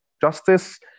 justice